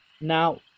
Now